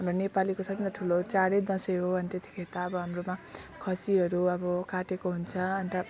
हाम्रो नेपालीको सब भन्दा ठुलो चाडै दसैँ हो अनि त्यतिखेर त अब हाम्रोमा खसीहरू अब काटेको हुन्छ अन्त